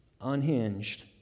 unhinged